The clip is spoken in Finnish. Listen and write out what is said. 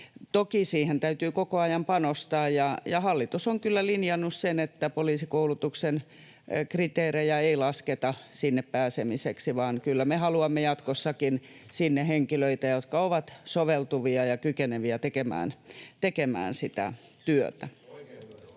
Toki siihen täytyy koko ajan panostaa, ja hallitus on kyllä linjannut, että poliisikoulutuksen kriteerejä ei lasketa sinne pääsemiseksi, vaan kyllä me haluamme jatkossakin sinne henkilöitä, jotka ovat soveltuvia ja kykeneviä tekemään sitä työtä.